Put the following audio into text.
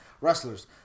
wrestlers